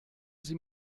sie